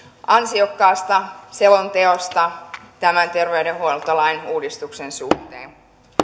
ansiokkaasta selonteosta tämän terveydenhuoltolain uudistuksen suhteen